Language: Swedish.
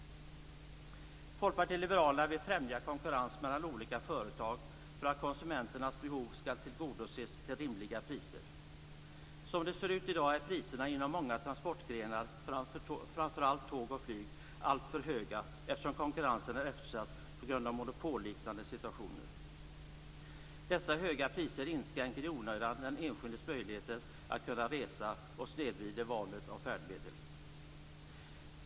Folkpartiet liberalerna vill främja konkurrens mellan olika företag för att konsumenternas behov skall tillgodoses till rimliga priser. Som det ser ut i dag är priserna inom många transportgrenar, framförallt tåg och flyg, alltför höga eftersom konkurrensen är eftersatt på grund av monopolliknande situationer. Dessa höga priser inskränker i onödan den enskildes möjligheter att resa och snedvrider valet av färdmedel.